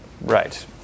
Right